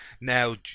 now